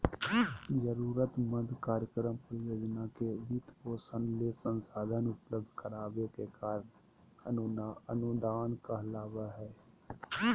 जरूरतमंद कार्यक्रम, परियोजना के वित्तपोषण ले संसाधन उपलब्ध कराबे के कार्य अनुदान कहलावय हय